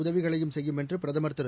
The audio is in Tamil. உதவிகளையும் செய்யும் என்று பிரதமர் திரு